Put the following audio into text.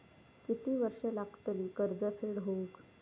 किती वर्षे लागतली कर्ज फेड होऊक?